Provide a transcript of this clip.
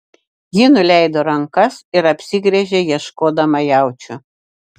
ji nuleido rankas ir apsigręžė ieškodama jaučio